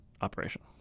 operation